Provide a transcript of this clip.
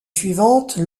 suivante